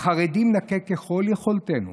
בחרדים נכה ככל יכולתנו,